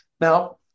Now